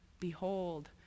Behold